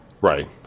Right